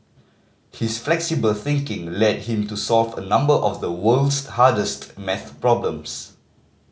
his flexible thinking led him to solve a number of the world's hardest maths problems